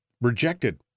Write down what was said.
rejected